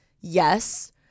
yes